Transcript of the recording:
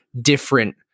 different